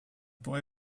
boy